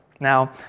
Now